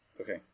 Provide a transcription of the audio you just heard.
Okay